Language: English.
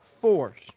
force